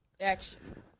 Action